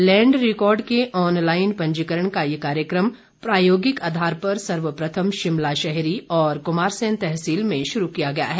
land record के online पंजीकरण का ये कार्यक्रम प्रायोगिक आधार पर सर्वप्रथम शिमला शहरी और कुमारसैन तहसील में शुरू किया गया है